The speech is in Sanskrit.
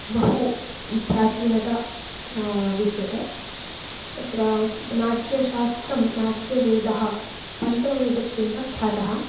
बहु प्राचीनता विद्यते तत्र नाट्यशास्त्रं नाट्यवेदः पञ्चमवेदत्वेन ख्यातः